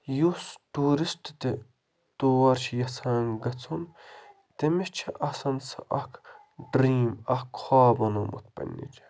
یُس ٹوٗرِسٹ تہِ تور چھِ یَژھان گَژھُن تٔمِس چھِ آسان سُہ اَکھ ڈریٖم اَکھ خواب بَنومُت پَنٛنہِ جایہِ